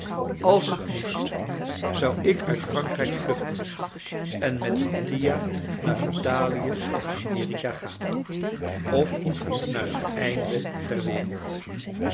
als het moest zou ik uit frankrijk vluchten en met mattia naar italië of amerika gaan of naar het einde der wereld